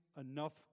enough